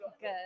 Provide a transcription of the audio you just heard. Good